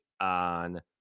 on